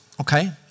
okay